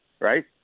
right